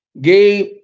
Gabe